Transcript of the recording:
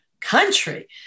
country